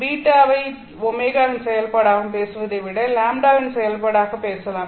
β வை ω வின் செயல்பாடாகப் பேசுவதை விட λ வின் செயல்பாடாகப் பேசலாம்